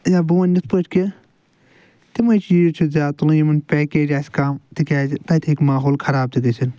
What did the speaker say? یا بہٕ ونہٕ یتھٕ پٲٹھۍ کہِ تِمے چیٖز چھِ زیادٕ تُلٕنۍ یِمن پیکیج آسہِ کم تِکیٛازِ تتہِ ہٮ۪کہِ ماحول خراب تتہِ گٔژھِتھ